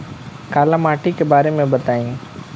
काला माटी के बारे में बताई?